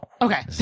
okay